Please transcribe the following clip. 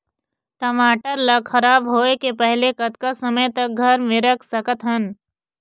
टमाटर ला खराब होय के पहले कतका समय तक घर मे रख सकत हन?